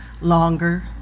longer